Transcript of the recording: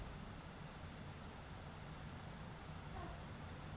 কিষিকাজের সমস্ত বিষয় জড়িত যে অথ্থলিতি সেটকে এগ্রিকাল্চারাল অথ্থলিতি ব্যলে